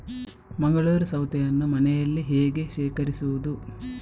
ಮಂಗಳೂರು ಸೌತೆಯನ್ನು ಮನೆಯಲ್ಲಿ ಹೇಗೆ ಶೇಖರಿಸುವುದು?